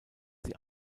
sie